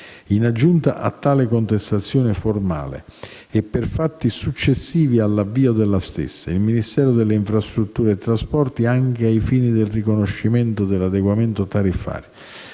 In aggiunta a tale contestazione formale e per fatti successivi all'avvio della stessa, il Ministero delle infrastrutture e dei trasporti, anche ai fini del riconoscimento dell'adeguamento tariffario,